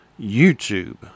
youtube